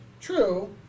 True